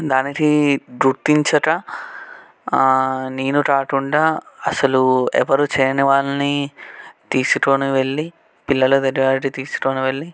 దానికి గుర్తించక నేను కాకుండా అసలు ఎవరు చేయని వాళ్ళని తీసుకొని వెళ్ళి పిల్లల దగ్గరికి తీసుకొని వెళ్ళి